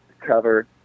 cover